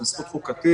שהיא זכות חוקתית,